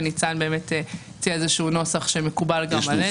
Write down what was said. וניצן הציעה נוסח שמקובל גם עלינו.